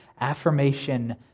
affirmation